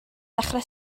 dechrau